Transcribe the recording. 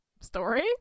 story